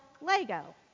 Lego